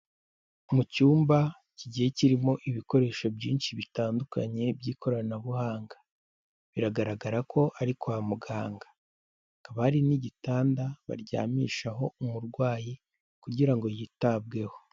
Mu cyumba kigiye kirimo ibikoresho byinshi bitandukanye by'ikoranabuhanga, biragaragara ko ari kwa muganga, hakaba hari n'igitanda baryamishaho umurwayi kugira ngo yitabweho.